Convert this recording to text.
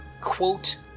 quote